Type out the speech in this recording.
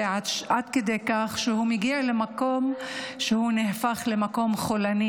עד כדי כך שזה מגיע למקום שנהפך למקום חולני,